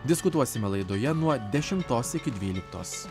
diskutuosime laidoje nuo dešimtos iki dvyliktos